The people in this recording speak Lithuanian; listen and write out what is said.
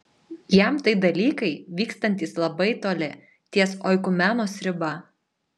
jam tai dalykai vykstantys labai toli ties oikumenos riba